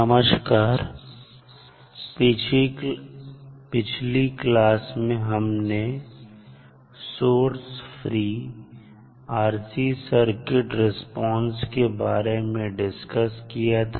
नमस्कार पिछली क्लास में हमने source free RC circuit response के बारे में डिस्कस किया था